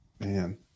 Man